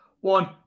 one